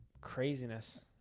craziness